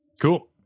Cool